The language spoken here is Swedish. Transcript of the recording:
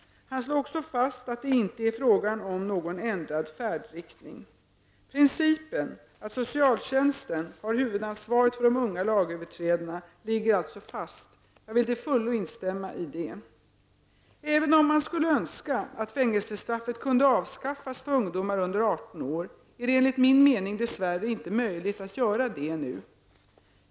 Han slog också fast att det inte är fråga om någon ändrad färdriktning. Principen att socialtjänsten har huvudansvaret för de unga lagöverträdarna ligger alltså fast. Jag vill till fullo instämma i detta. Även om man skulle önska att fängelsestraffet kunde avskaffas för ungdomar under 18 år, är det enligt min mening dess värre inte möjligt att göra detta nu.